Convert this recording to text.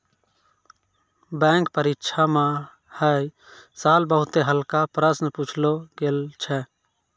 bank परीक्षा म है साल बहुते हल्का प्रश्न पुछलो गेल छलै